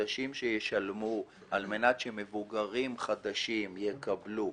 חדשים שישלמו למבוגרים חדשים שיקבלו,